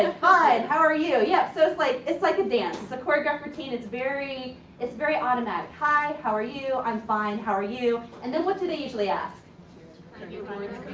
and fine, how are you? yep, so like it's like a dance. choreographed routine. it's very it's very automatic. hi, how are you? i'm fine, how are you? and then what do they usually ask? did kind of you